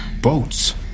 boats